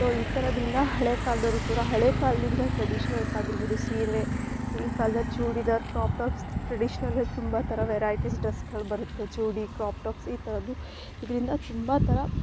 so ಈ ಥರದ್ರಿಂದ ಹಳೆ ಕಾಲದವ್ರು ಕೂಡ ಹಳೆ ಕಾಲದಿಂದ ಟ್ರೆಡಿಷನಲ್ಸ್ ಆಗಿರ್ಬೌದು ಸೀರೆ ಈಗಿನ ಕಾಲ್ದಲ್ಲಿ ಚೂಡಿದಾರ್ ಕ್ರಾಪ್ ಟಾಪ್ಸ್ ಟ್ರೆಡಿಷನಲ್ಲೇ ತುಂಬ ಥರ ವೆರೈಟೀಸ್ ಡ್ರೆಸ್ಗಳು ಬರುತ್ತೆ ಚೂಡಿ ಕ್ರಾಪ್ ಟಾಪ್ಸ್ ಈ ಥರದ್ದು ಇದರಿಂದ ತುಂಬ ಥರ